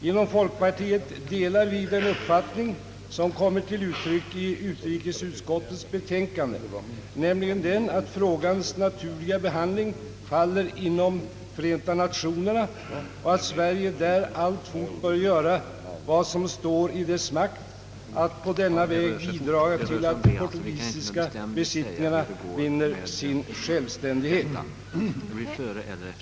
Inom folkpartiet delar vi den uppfattningen som kommit till uttryck i utrikesutskottets utlåtande, nämligen att frågans naturliga behandling faller inom Förenta Nationerna och att Sverige där alltfort bör göra vad som står i dess makt för att på denna väg bidraga till att de portugisiska besittningarna vinner sin självständighet.